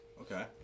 Okay